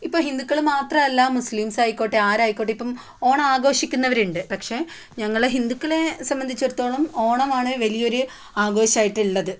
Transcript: ഇപ്പോൾ ഹിന്ദുക്കൾ മാത്രമല്ല മുസ്ലിംസ് ആയിക്കോട്ടെ ആരുമായിക്കോട്ടെ ഇപ്പം ഓണം ആഘോഷിക്കുന്നവർ ഉണ്ട് പക്ഷേ ഞങ്ങൾ ഹിന്ദുക്കളെ സംബന്ധിച്ചിടത്തോളം ഓണമാണ് വലിയൊരു ആഘോഷമായിട്ടുള്ളത്